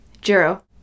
Jiro